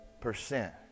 percent